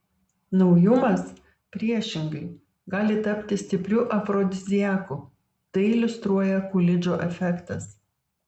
naujumas priešingai gali tapti stipriu afrodiziaku tai iliustruoja kulidžo efektas